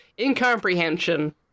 incomprehension